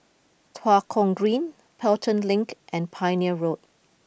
Tua Kong Green Pelton Link and Pioneer Road